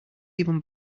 even